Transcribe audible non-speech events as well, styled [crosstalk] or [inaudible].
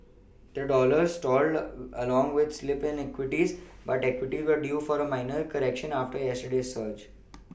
[noise] the dollar stalled [noise] along with the slip in equities but equities were due for a minor correction after yesterday's surge